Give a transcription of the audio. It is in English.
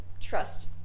trust